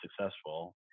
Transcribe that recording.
successful